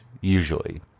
usually